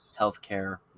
healthcare